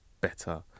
better